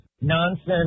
nonsense